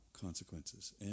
consequences